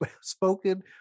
spoken